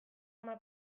ama